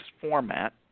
format